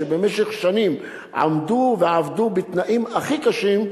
שבמשך שנים עמדו ועבדו בתנאים הכי קשים,